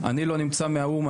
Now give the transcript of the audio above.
אני לא נמצא מהאו"ם.